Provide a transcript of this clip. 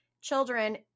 children